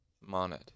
Monet